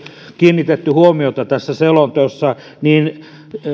kiinnitetty huomiota selonteossa niin se